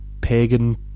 pagan